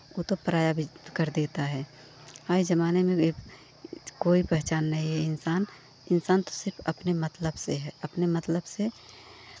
वो तो पराया भी कर देता है आज के ज़माने में भी ये कोई पहचान नहीं है इंसान इंसान तो सिर्फ अपने मतलब से है अपने मतलब से